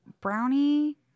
brownie